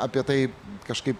apie tai kažkaip